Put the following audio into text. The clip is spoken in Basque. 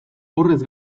horrez